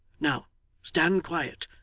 now stand quiet,